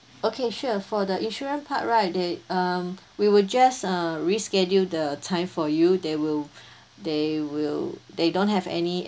okay sure for the insurance part right they um we will just uh reschedule the time for you they will they will they don't have any